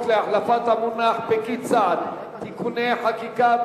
להחלפת המונח פקיד סעד (תיקוני חקיקה),